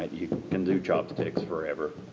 and you can do chop sticks forever,